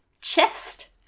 chest